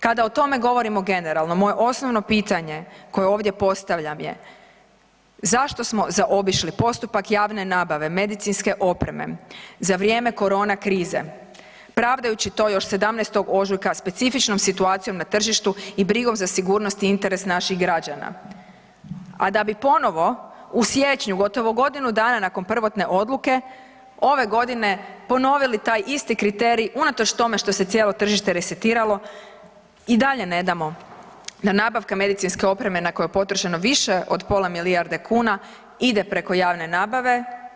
Kada o tome govorimo generalno moje osnovno pitanje koje ovdje postavljam je zašto smo zaobišli postupak javne nabave medicinske opreme za vrijeme korona krize pravdajući to još 17. ožujka specifičnom situacijom na tržištu i brigom za sigurnost i interes naših građana, a da bi ponovo u siječnju gotovo godinu dana nakon prvotne odluke ove godine ponovili taj isti kriterij unatoč tome što se cijelo tržište resetiralo i dalje ne damo da nabavka medicinske opreme na koju je potrošeno više od pola milijarde kuna ide preko javne nabave.